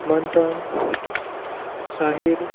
Manthan Sahir